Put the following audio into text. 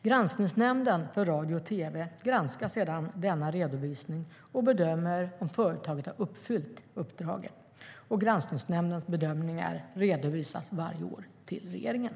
Granskningsnämnden för radio och tv granskar sedan denna redovisning och bedömer om företaget har uppfyllt uppdraget. Granskningsnämndens bedömningar redovisas varje år till regeringen.